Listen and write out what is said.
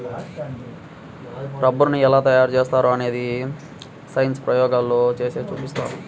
రబ్బరుని ఎలా తయారు చేస్తారో అనేది సైన్స్ ప్రయోగాల్లో చేసి చూపిస్తారు